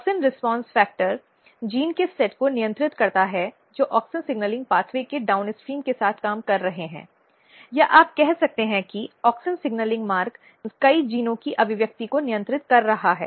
auxin response factor gene के set को नियंत्रित करता है जो ऑक्सिन सिग्नलिंग मार्ग के डाउन्स्ट्रीम के साथ काम कर रहे हैं या आप कह सकते हैं कि ऑक्सिन सिग्नलिंग मार्ग कई जीनों की अभिव्यक्ति को नियंत्रित कर रहा है